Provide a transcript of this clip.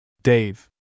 Dave